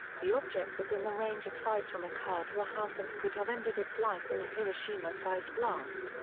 the object was in the range of size from a car to a house and could have ended its life in a hiroshima-sized blast,